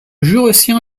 jurassien